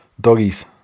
Doggies